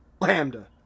Lambda